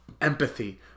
empathy